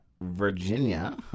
Virginia